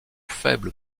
faibles